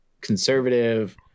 conservative